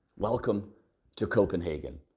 welcome to copenhagen!